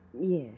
Yes